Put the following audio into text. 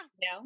No